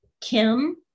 Kim